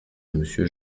monsieur